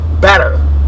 better